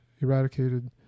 eradicated